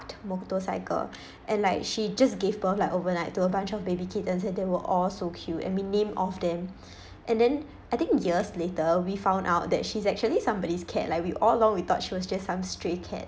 motorcycle and like she just gave birth like overnight to a bunch of baby kittens and they were all so cute and we name all of them and then I think years later we found out that she's actually somebody's cat like we all long we thought she was just some stray cat